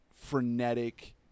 frenetic